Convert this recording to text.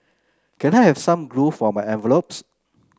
can I have some glue for my envelopes